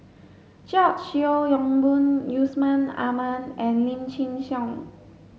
George Yeo Yong Boon Yusman Aman and Lim Chin Siong